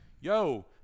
yo